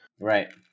right